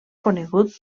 conegut